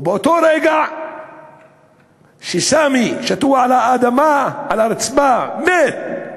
ובאותו רגע שסאמי שוכב על האדמה, על הרצפה, מת,